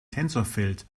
tensorfeld